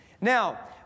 Now